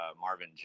Marvin